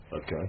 okay